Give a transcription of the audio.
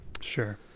Sure